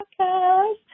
podcast